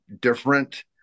different